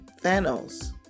Thanos